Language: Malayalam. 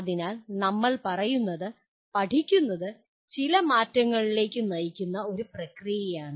അതിനാൽ നമ്മൾ പറയുന്നത് പഠിക്കുന്നത് ചില മാറ്റങ്ങളിലേക്ക് നയിക്കുന്ന ഒരു പ്രക്രിയയാണ്